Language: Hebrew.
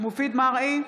מופיד מרעי,